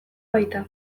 baita